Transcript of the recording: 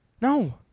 No